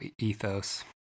ethos